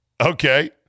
Okay